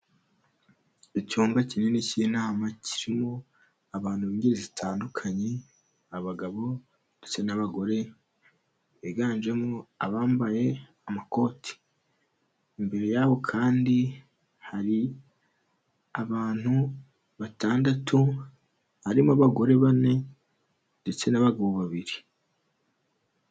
Icyumba kinini cy'inama, kirimo abantu b'ingeri zitandukanye, abagabo ndetse n'abagore, biganjemo abambaye amakoti, imbere yabo kandi hari abantu batandatu, harimo abagore bane ndetse n'abagabo babiri.